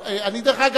אני, דרך אגב,